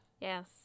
Yes